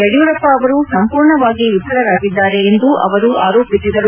ಯಡಿಯೂರಪ್ಪ ಅವರು ಸಂಪೂರ್ಣವಾಗಿ ವಿಫಲರಾಗಿದ್ದಾರೆ ಎಂದು ಅವರು ಆರೋಪಿಸಿದರು